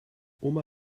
oma